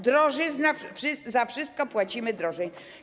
Drożyzna, za wszystko płacimy drożej.